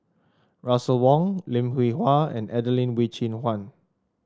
Russel Wong Lim Hwee Hua and Adelene Wee Chin Suan